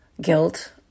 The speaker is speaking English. guilt